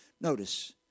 Notice